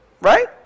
right